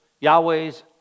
Yahweh's